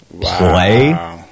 play